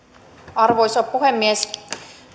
arvoisa puhemies